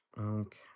Okay